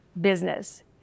business